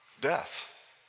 death